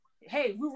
Hey